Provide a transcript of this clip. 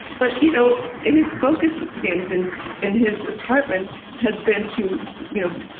but, you know, his focus, it seems, and in his department has been to, you know,